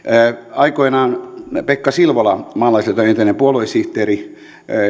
aikoinaan pekka silvola maalaisliiton entinen puoluesihteeri